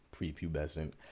prepubescent